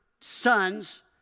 sons